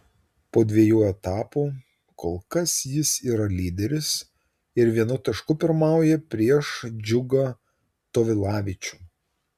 po dviejų etapų kol kas jis yra lyderis ir vienu tašku pirmauja prieš džiugą tovilavičių